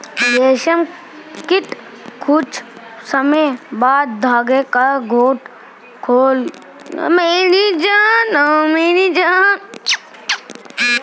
रेशम कीट कुछ समय बाद धागे का घोल बनाता है धागे के घोल को हम कोकून बोलते हैं